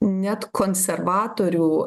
net konservatorių